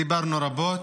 דיברנו רבות.